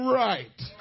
right